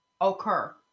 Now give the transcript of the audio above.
occur